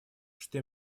что